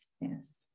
yes